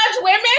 women